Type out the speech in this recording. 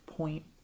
point